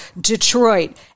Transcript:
Detroit